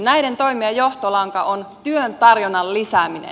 näiden toimien johtolanka on työn tarjonnan lisääminen